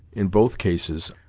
in both cases,